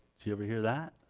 you ever hear that